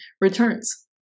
returns